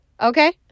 Okay